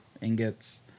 ingots